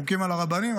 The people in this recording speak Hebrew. חוקים על הרבנים,